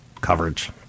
coverage